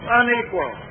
unequal